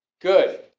Good